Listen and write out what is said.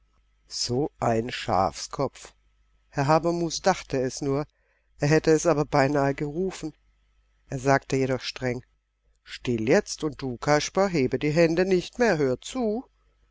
so ein schafskopf herr habermus dachte es nur er hätte es aber beinahe gerufen er sagte jedoch streng still jetzt und du kasper hebe die hände nicht mehr hör zu